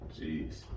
Jeez